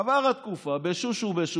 עברה התקופה, בשושו, בשושו,